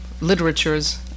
literatures